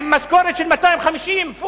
עם משכורת של 250,000 ש"ח,